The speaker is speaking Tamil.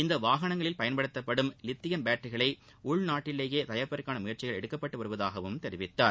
இந்த வாகனங்களில் பயன்படுத்தப்படும் லித்தியம் பேட்டரிகளை உள்நாட்டிலேயே தயாரிப்பதற்கான முயற்சிகள் எடுக்கப்பட்டு வருவதாகவும் தெரிவித்தார்